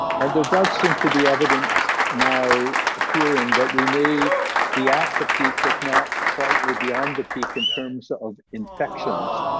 and there does seem to be evidence now appearing that we may be at the peak if not slightly beyond the peak in terms of infections.